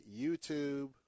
YouTube